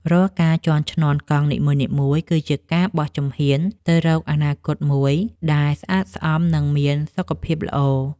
រាល់ការជាន់ឈ្នាន់កង់នីមួយៗ គឺជាការបោះជំហានទៅរកអនាគតមួយដែលស្អាតស្អំ និងមានសុខភាពល្អ។